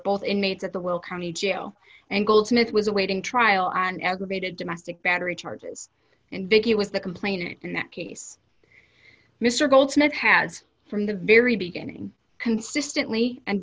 both inmates at the will county jail and goldsmith was awaiting trial and aggravated domestic battery charges and vicki was the complainant in that case mr goldsmith has from the very beginning consistently and